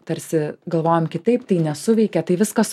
tarsi galvojom kitaip tai nesuveikė tai viskas